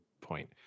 point